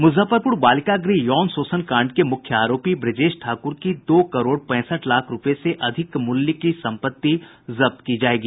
मुजफ्फरपुर बालिका गृह यौन शोषण कांड के मुख्य आरोपी ब्रजेश ठाकुर की दो करोड़ पैंसठ लाख रूपये से अधिक मूल्य की संपत्ति जब्त की जायेगी